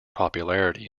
popularity